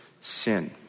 sin